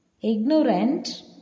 Ignorant